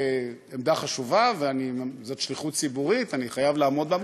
זה עמדה חשובה וזאת שליחות ציבורית ואני חייב לעמוד בה.